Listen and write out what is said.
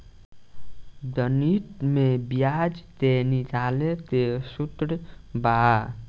गणित में ब्याज के निकाले के सूत्र बा